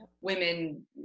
women